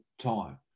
time